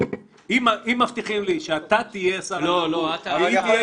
אם מבטיחים לי שאתה תהיה שר התרבות והיא תהיה